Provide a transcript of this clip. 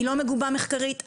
היא לא מגובה מחקרית.